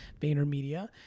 VaynerMedia